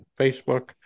facebook